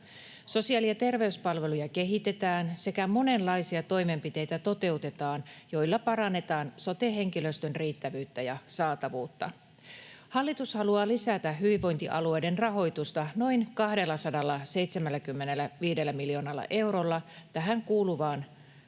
Sosiaali- ja terveyspalveluja kehitetään ja toteutetaan monenlaisia toimenpiteitä, joilla parannetaan sote-henkilöstön riittävyyttä ja saatavuutta. Hallitus haluaa lisätä hyvinvointialueiden rahoitusta noin 275 miljoonalla eurolla tähän kuluvaan